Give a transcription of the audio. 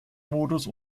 modus